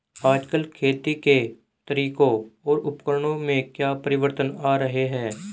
आजकल खेती के तरीकों और उपकरणों में क्या परिवर्तन आ रहें हैं?